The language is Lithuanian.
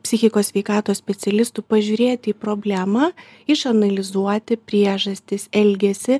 psichikos sveikatos specialistų pažiūrėti į problemą išanalizuoti priežastis elgesį